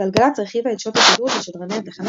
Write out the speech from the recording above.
גלגלצ הרחיבה את שעות השידור של שדרני התחנה